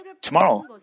tomorrow